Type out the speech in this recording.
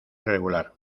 irregular